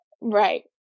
Right